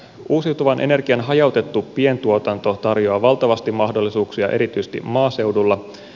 uusiutuvan energian hajautettu pientuotanto tarjoaa valtavasti mahdollisuuksia erityisesti maaseudulla